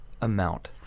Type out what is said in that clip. amount